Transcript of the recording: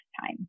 time